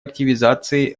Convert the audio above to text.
активизации